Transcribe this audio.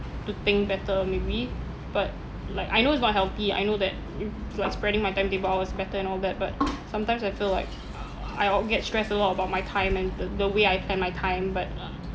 to think better maybe but like I know it's not healthy I know that to like spreading my timetable I was better and all that but sometimes I feel like I uh get stressed a lot about my time and the the way I plan my time but